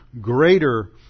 greater